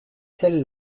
celle